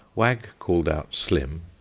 wag called out slim,